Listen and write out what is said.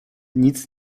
nic